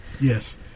yes